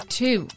two